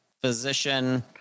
physician